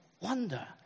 wonder